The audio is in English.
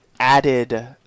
Added